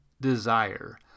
desire